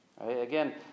Again